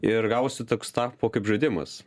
ir gavosi toks tapo kaip žaidimas